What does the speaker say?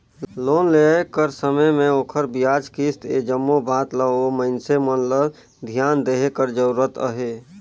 loan लेय कर समे में ओखर बियाज, किस्त ए जम्मो बात ल ओ मइनसे मन ल धियान देहे कर जरूरत अहे